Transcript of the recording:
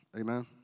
Amen